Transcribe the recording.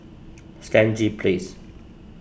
Stangee Place